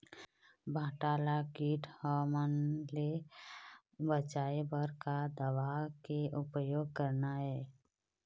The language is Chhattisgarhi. भांटा ला कीट हमन ले बचाए बर का दवा के उपयोग करना ये?